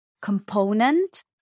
component